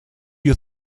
you